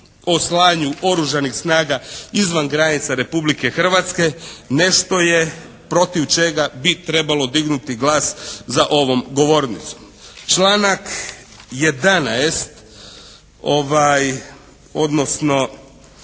o slanju oružanih snaga izvan granica Republike Hrvatske nešto je protiv čega bi trebalo dignuti glas za ovom govornicom. Članak 11. odnosno